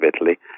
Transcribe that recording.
Italy